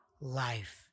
life